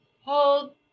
Hold